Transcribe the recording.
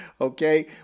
Okay